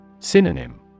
Synonym